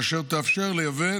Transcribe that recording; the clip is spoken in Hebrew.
אשר תאפשר לייבא,